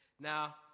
Now